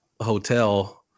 hotel